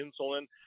insulin